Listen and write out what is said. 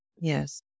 Yes